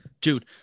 dude